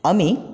আমি